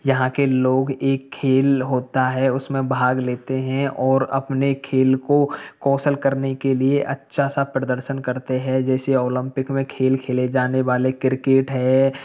यहाँ के लोग एक खेल होता है उसमें भाग लेते हैं और अपने खेल को कौशल करने के लिए अच्छा सा प्रदर्शन करते हैं जैसे ओलम्पिक में खेल खेले जाने वाले क्रिकेट है